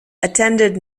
attended